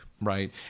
Right